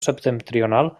septentrional